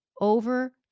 over